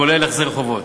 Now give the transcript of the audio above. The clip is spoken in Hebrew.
כולל החזר חובות.